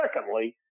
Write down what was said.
secondly